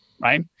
right